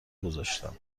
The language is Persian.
گذاشتم